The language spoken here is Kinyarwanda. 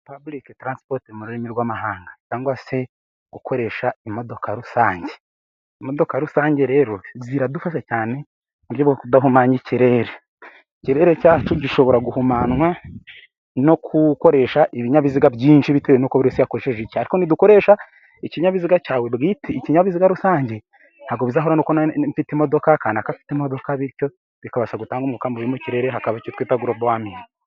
Public transpot mu rurimi rw'amahanga, cyangwa se gukoresha imodoka rusange. Imodoka rusange rero ziradufasha cyane buryo bwo kudahumanya ikirere. Ikirere cyacu gishobora guhumanwa no gukoresha ibinyabiziga byinshi, bitewe n'uko buri wese yakoresheje icye. Ariko nidukoresha ikinyabiziga rusange, ntabwo bizahura n'uko naba mfite imodoka kanaka fite imodoka, bityo bikabasha gutanga umuka mubi mu kirere, hakaba icyo twita global warming.